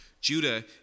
Judah